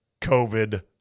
COVID